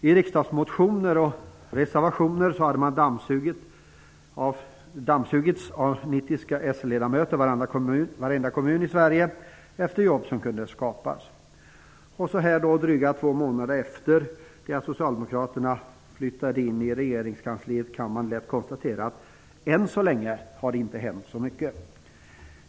I riksdagsmotioner och reservationer hade nitiska s-ledamöter dammsugit varenda kommun i Sverige efter jobb som kunde skapas. Drygt två månader efter det att Socialdemokraterna flyttade in i regeringskansliet kan man lätt konstatera att det än så länge inte har hänt så mycket.